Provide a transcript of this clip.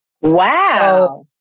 Wow